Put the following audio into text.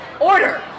Order